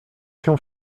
się